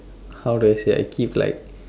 how do I say I keep like